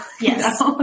Yes